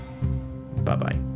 bye-bye